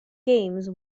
games